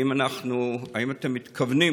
האם אתם מתכוונים